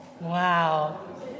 Wow